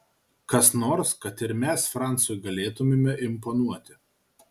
kas nors kad ir mes francui galėtumėme imponuoti